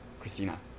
christina